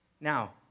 Now